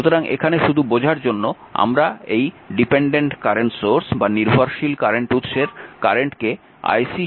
সুতরাং এখানে শুধু বোঝার জন্য আমরা এই নির্ভরশীল কারেন্ট উৎসের কারেন্টকে ic 05 v0 নিয়েছি